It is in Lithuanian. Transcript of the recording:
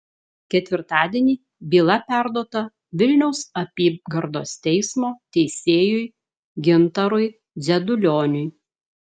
ketvirtadienį byla perduota vilniaus apygardos teismo teisėjui gintarui dzedulioniui